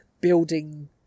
building